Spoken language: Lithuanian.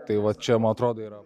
tai va čia man atrodo yra